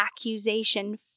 accusation